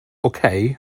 okej